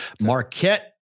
Marquette